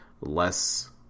less